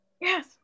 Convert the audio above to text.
Yes